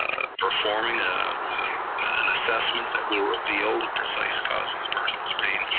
ah performing ah an assessment that will reveal the precise cause of the person's pain,